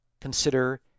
consider